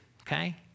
okay